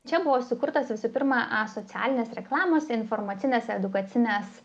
čia buvo sukurtas visų pirma socialinės reklamos informacinės edukacinės